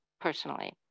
personally